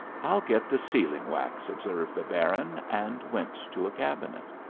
i'll get the sealing-wax, observed the baron, and went to a cabinet.